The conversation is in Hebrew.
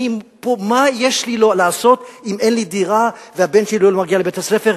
מה יש לי לעשות אם אין לי דירה והבן שלי לא מגיע לבית-הספר?